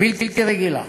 בלתי רגילה.